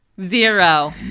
zero